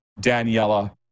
Daniela